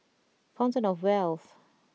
Fountain Of Wealth